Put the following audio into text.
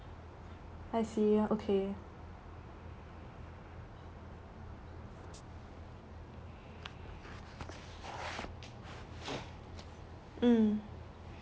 I see ya okay mm